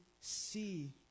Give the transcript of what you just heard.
see